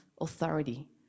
authority